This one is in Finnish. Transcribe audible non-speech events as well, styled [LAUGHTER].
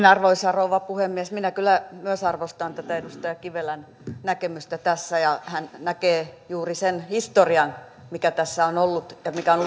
[UNINTELLIGIBLE] arvoisa rouva puhemies minä kyllä myös arvostan tätä edustaja kivelän näkemystä tässä hän näkee juuri sen historian mikä tässä on ollut ja mikä on ollut